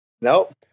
Nope